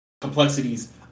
complexities